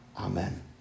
Amen